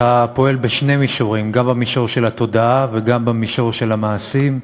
אתה פועל בשני מישורים: גם במישור של התודעה וגם במישור של המעשים.